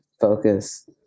focus